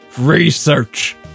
research